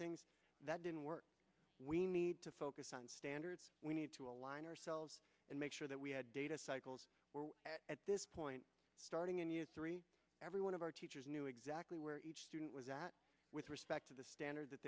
things that didn't work we need to focus on standards we need to align ourselves and make sure that we had data cycles where at this point starting in year three every one of our teachers knew exactly where each student was at with respect to the standard that